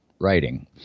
writing